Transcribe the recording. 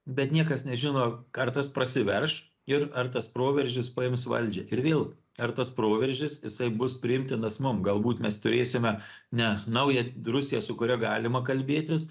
bet niekas nežino ar tas prasiverš ir ar tas proveržis paims valdžią ir vėl ar tas proveržis jisai bus priimtinas mum galbūt mes turėsime ne naują rusiją su kuria galima kalbėtis